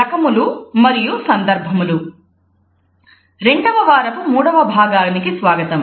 రెండవ వారపు మూడవ భాగానికి స్వాగతం